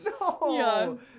No